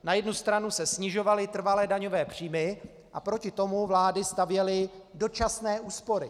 Na jednu stranu se snižovaly trvalé daňové příjmy a proti tomu vlády stavěly dočasné úspory.